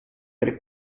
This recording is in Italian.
tre